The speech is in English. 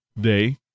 Day